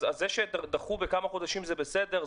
אז זה שדחו בכמה חודשים זה בסדר,